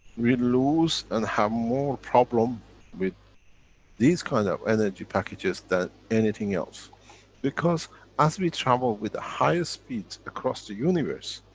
we lose and have more problem with these kind of energy packages than anything else because as we travel with the highest speeds across the universe,